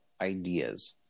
ideas